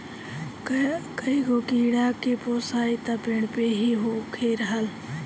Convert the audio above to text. कईगो कीड़ा के पोसाई त पेड़ पे ही होखेला